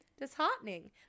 disheartening